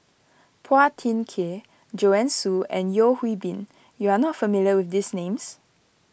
Phua Thin Kiay Joanne Soo and Yeo Hwee Bin you are not familiar with these names